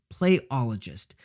playologist